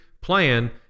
plan